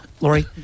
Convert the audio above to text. Lori